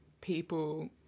people